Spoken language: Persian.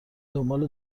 دنبال